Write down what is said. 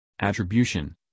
attribution